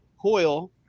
coil